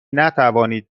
نتوانید